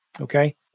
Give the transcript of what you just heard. Okay